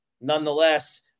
nonetheless